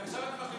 סליחה,